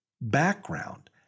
background